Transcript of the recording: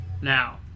Now